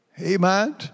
Amen